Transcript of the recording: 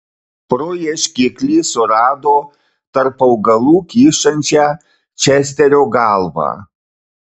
pro ieškiklį surado tarp augalų kyšančią česterio galvą